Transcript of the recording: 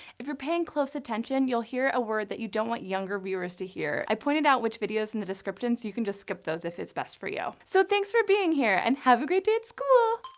if you're paying close attention, you'll hear a word that you don't want younger viewers to hear. i pointed out which videos in the description, so you can just skip those if it's best for you. so, thanks for being here, and have a great day at school!